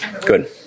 good